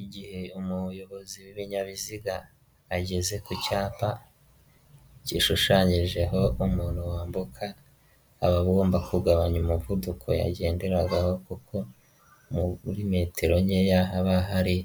Igihe umuyobozi w'ibinyabiziga ageze ku cyapa gishushanyijeho umuntu wambuka aba agomba kugabanya umuvuduko yagenderagaho kuko muri metero nkeya haba hari